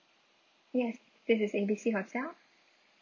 yes this is A B C hotel